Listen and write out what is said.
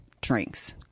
drinks